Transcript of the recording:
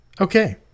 Okay